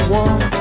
one